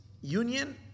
union